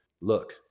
look